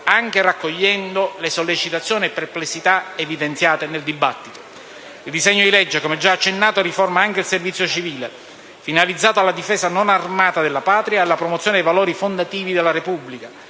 anche raccogliendo sollecitazioni e perplessità evidenziate nel dibattito. Il disegno di legge, come già accennato, riforma anche il servizio civile, finalizzato alla difesa non armata della Patria e alla promozione dei valori fondativi della Repubblica,